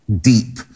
deep